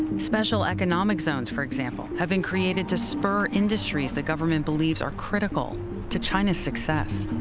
special economic zones, for example, have been created to spur industries the government believes are critical to china's success.